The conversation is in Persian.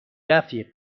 رفیق